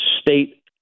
state